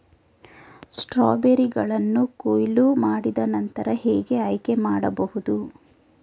ಸ್ಟ್ರಾಬೆರಿಗಳನ್ನು ಕೊಯ್ಲು ಮಾಡಿದ ನಂತರ ಹೇಗೆ ಆಯ್ಕೆ ಮಾಡಬಹುದು?